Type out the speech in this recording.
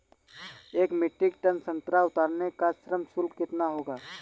एक metric tonne संतरा उतारने का श्रम शुल्क कितना होगा?